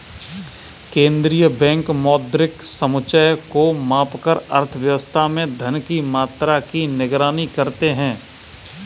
केंद्रीय बैंक मौद्रिक समुच्चय को मापकर अर्थव्यवस्था में धन की मात्रा की निगरानी करते हैं